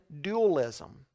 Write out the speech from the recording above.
dualism